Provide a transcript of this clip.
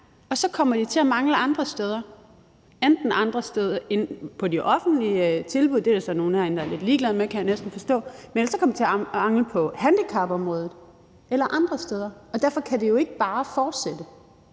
og så kommer de til at mangle andre steder, enten andre steder på de offentlige tilbud – det er der så nogen herinde der er lidt ligeglade med, kan jeg næsten forstå – eller også kan de komme til at mangle på handicapområdet eller andre steder, og derfor kan det jo ikke bare fortsætte.